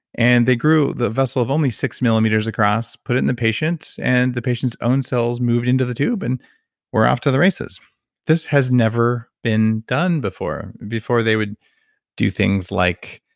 and they grew the vessel of only six millimeters across, put it in the patient, and the patient's own cells moved into the tube and we're off to the races this has never been done before. before they would do things like,